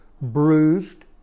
bruised